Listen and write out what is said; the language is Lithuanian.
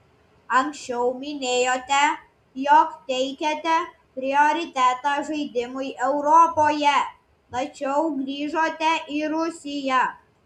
anksčiau minėjote jog teikiate prioritetą žaidimui europoje tačiau grįžote į rusiją